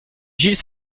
gilles